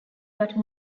but